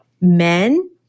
men